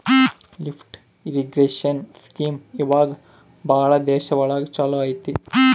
lift irrigation scheme ಇವಾಗ ಭಾಳ ದೇಶ ಒಳಗ ಚಾಲೂ ಅಯ್ತಿ